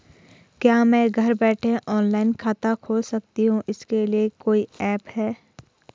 क्या मैं घर बैठे ऑनलाइन खाता खोल सकती हूँ इसके लिए कोई ऐप है?